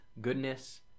goodness